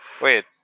wait